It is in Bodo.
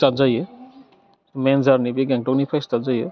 स्टार्ट जायो मेइन जारनि बे गेंगटकनिफ्राय स्टार्ट जायो